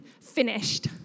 finished